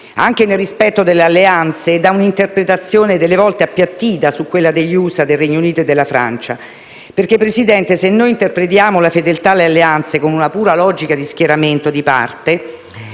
anche nel rispetto delle alleanze, da un'interpretazione talvolta appiattita su quella degli Stati Uniti, del Regno Unito e della Francia. Perché, Presidente, se noi interpretiamo la fedeltà alle alleanze con una pura logica di schieramento di parte,